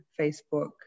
Facebook